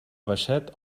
baixet